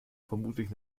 vermutlich